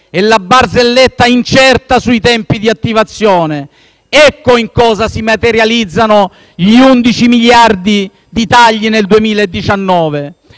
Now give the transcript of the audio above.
e la barzelletta incerta sui tempi di attivazione. Ecco in cosa si materializzano gli 11 miliardi di tagli nel 2019.